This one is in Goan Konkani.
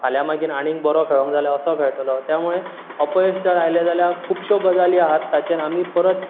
फाल्यां मागीर आनीक बरो खेळूंक जाय जाल्या असो खेळटलो त्या मुळें अपयश जर आयले जाल्यार खूब श्यो गजाली आसात ताचेर आमी परत